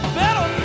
better